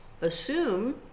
assume